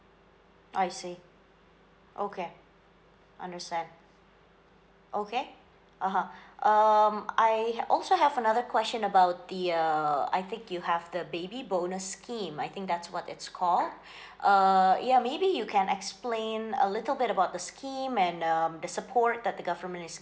I see okay understand okay (uh huh) I also have another question about the uh I think you have the baby bonus scheme I think that's what it's called uh ya maybe you can explain a little bit about the scheme and um the support that the government is